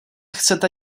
chcete